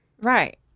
Right